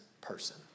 person